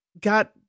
got